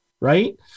right